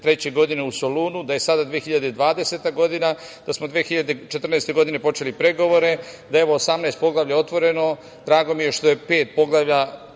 2003. godine u Solunu, da je sada 2020. godina, da smo 2014. godine, počeli pregovore, da je 18 poglavlja otvoreno. Drago mi je što je pet poglavlja